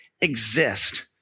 exist